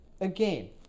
again